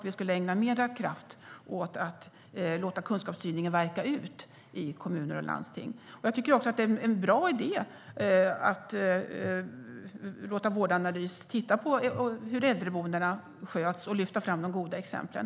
Vi borde ägna mer kraft åt att låta kunskapsstyrningen verka ut i kommuner och landsting. Jag tycker också att det är en bra idé att låta Vårdanalys titta på hur äldreboendena sköts och lyfta fram de goda exemplen.